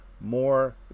more